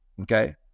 okay